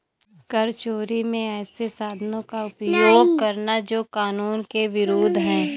कर चोरी में ऐसे साधनों का उपयोग करना जो कानून के विरूद्ध है